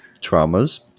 traumas